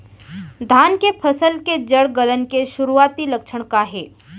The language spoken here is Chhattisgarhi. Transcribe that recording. धान के फसल के जड़ गलन के शुरुआती लक्षण का हे?